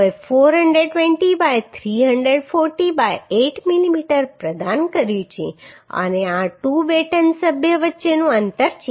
તેઓએ 420 by 340 by 8 mm પ્રદાન કર્યું છે અને આ 2 બેટન સભ્યો વચ્ચેનું અંતર છે